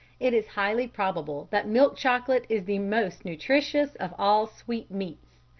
it is highly probable that milk chocolate is the most nutritious of all sweetmeats.